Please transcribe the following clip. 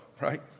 right